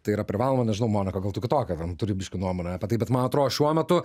tai yra privaloma nežinau monika gal tu kitokią ten turi biškį nuomonę apie tai bet man atrodo šiuo metu